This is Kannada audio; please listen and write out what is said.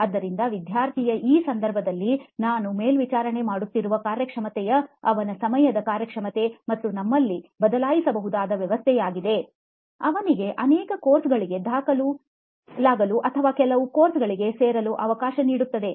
ಆದ್ದರಿಂದ ವಿದ್ಯಾರ್ಥಿಯ ಈ ಸಂದರ್ಭದಲ್ಲಿ ನಾನು ಮೇಲ್ವಿಚಾರಣೆ ಮಾಡುತ್ತಿರುವ ಕಾರ್ಯಕ್ಷಮತೆಯು ಅವನ ಸಮಯದ ಕಾರ್ಯಕ್ಷಮತೆ ಮತ್ತು ನಮ್ಮಲ್ಲಿ ಬದಲಾಯಿಸಬಹುದಾದ ವ್ಯವಸ್ಥೆಯಾಗಿದೆ ಅವನಿಗೆ ಅನೇಕ ಕೋರ್ಸ್ಗಳಿಗೆ ದಾಖಲಾಗಲು ಅಥವಾ ಕೆಲವೇ ಕೋರ್ಸ್ಗಳಿಗೆ ಸೇರಲು ಅವಕಾಶ ನೀಡುತ್ತದೆ